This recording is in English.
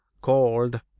called